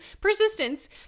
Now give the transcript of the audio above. persistence